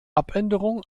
abänderung